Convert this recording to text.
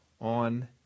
on